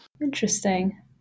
Interesting